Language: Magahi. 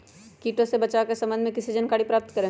किटो से बचाव के सम्वन्ध में किसी जानकारी प्राप्त करें?